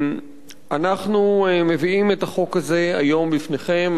אנחנו מביאים את החוק הזה היום לפניכם.